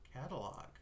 Catalog